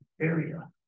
area